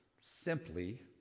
simply